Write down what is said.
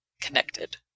connected